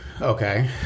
Okay